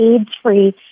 AIDS-Free